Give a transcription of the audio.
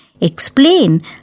explain